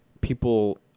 people